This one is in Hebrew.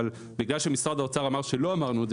אבל בגלל שמשרד האוצר אמר שלא אמרנו את